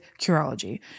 Curology